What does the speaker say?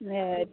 ए